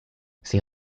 sie